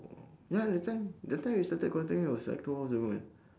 !wow! ya that time that time we started contacting was like two hours ago man